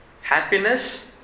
Happiness